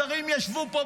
השרים ישבו פה,